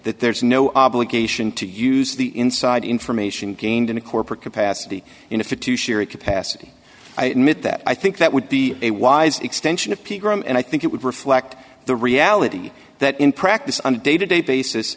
that there is no obligation to use the inside information gained in a corporate capacity in a fiduciary capacity i admit that i think that would be a wise extension of peace and i think it would reflect the reality that in practice on a day to day basis